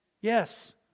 Yes